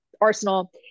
Arsenal